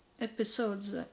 episodes